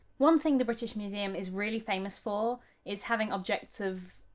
one thing the british museum is really famous for is having objects of